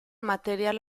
material